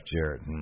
Jarrett